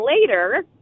later